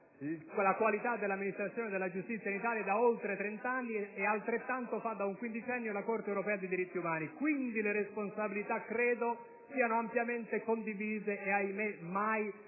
la qualità dell'amministrazione della giustizia in Italia da oltre trent'anni e altrettanto fa da un quindicennio la Corte europea dei diritti dell'uomo. Quindi le responsabilità credo siano ampiamente condivise e, ahimé, mai ritenute